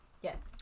Yes